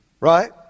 Right